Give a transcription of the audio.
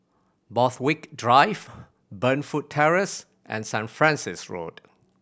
Borthwick Drive Burnfoot Terrace and Saint Francis Road